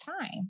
time